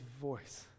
voice